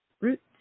Roots